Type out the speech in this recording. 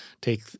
take